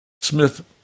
Smith